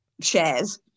shares